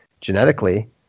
genetically